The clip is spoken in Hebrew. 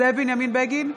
זאב בנימין בגין,